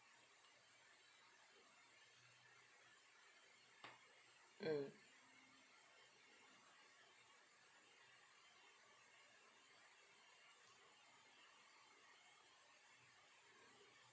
mm